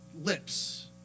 lips